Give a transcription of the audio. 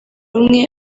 umwe